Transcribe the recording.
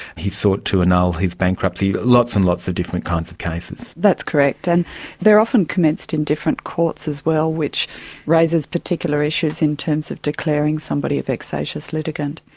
he has sought to annul his bankruptcy, lots and lots of different kinds of cases. that's correct, and they are often commenced in different courts as well, which raises particular issues in terms of declaring somebody a vexatious litigant.